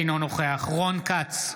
אינו נוכח רון כץ,